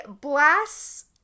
blasts